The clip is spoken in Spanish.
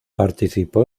participó